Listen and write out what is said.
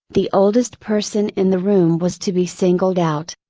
the oldest person in the room was to be singled out.